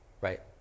right